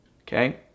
Okay